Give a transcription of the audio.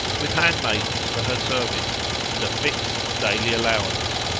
with handmaidens for her service and a fixed daily allowance.